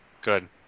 Good